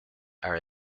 are